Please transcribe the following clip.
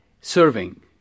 serving